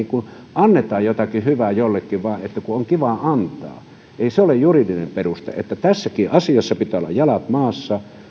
annamme jotakin hyvää jollekin vain koska on kiva antaa ei se ole juridinen peruste eli tässäkin asiassa pitää olla jalat maassa